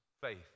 faith